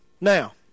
Now